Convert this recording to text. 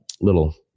little